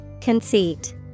Conceit